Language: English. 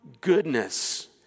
goodness